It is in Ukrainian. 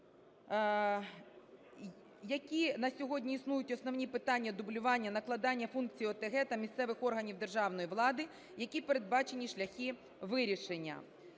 Які на сьогодні існують основні питання дублювання, накладання функцій ОТГ та місцевих органів державної влади? Які передбачені шляхи вирішення?